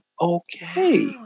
Okay